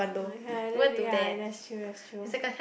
ya tha~ that ya that's ya that's true that's true